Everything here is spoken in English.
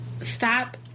Stop